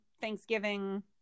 Thanksgiving